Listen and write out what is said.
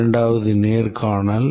இரண்டாவது நேர்காணல்